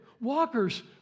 Walkers